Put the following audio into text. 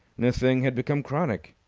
and the thing had become chronic.